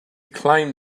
claimed